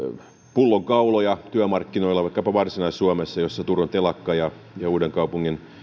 pullonkauloja työmarkkinoilla vaikkapa varsinais suomessa missä turun telakka ja uudenkaupungin